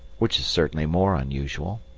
which is certainly more unusual.